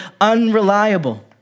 unreliable